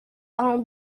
all